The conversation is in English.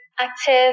active